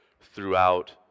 throughout